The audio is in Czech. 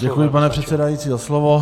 Děkuji, pane předsedající, za slovo.